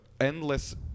endless